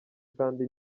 kandi